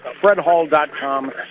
FredHall.com